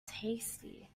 tasty